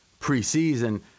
preseason